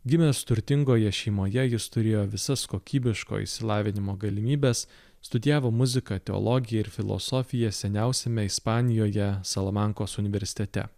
gimęs turtingoje šeimoje jis turėjo visas kokybiško išsilavinimo galimybes studijavo muziką teologiją ir filosofiją seniausiame ispanijoje salamankos universitete